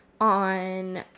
on